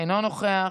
אינו נוכח,